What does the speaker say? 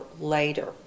later